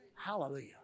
Hallelujah